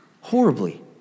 horribly